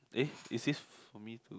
eh is this for me too